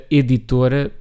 editora